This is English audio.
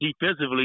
defensively